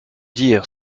dire